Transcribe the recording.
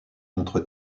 montre